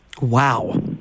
wow